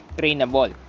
trainable